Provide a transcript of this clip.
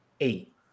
eight